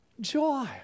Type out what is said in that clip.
Joy